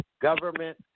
government